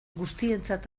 guztientzat